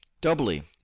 doubly